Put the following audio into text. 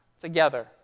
together